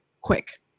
quick